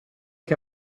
che